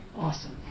Awesome